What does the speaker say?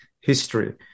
history